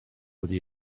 ydy